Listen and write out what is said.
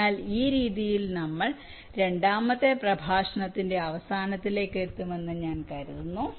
അതിനാൽ ഈ രീതിയിൽ നമ്മൾ ഈ രണ്ടാമത്തെ പ്രഭാഷണത്തിന്റെ അവസാനത്തിലേക്ക് എത്തുമെന്ന് ഞാൻ കരുതുന്നു